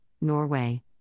Norway